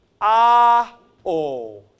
a-o